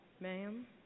ma'am